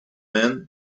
men